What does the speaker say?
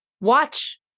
Watch